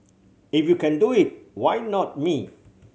if you can do it why not me